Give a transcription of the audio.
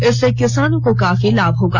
इससे किसानों को काफी लाभ होगा